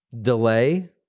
Delay